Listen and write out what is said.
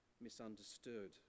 misunderstood